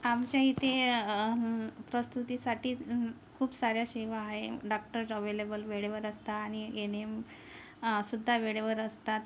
आमच्या इथे प्रसूतीसाठी खूप साऱ्या सेवा आहे डॉक्टर अवेलेबल वेळेवर असतात आणि एन एम सुद्धा वेळेवर असतात